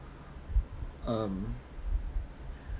um